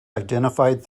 identified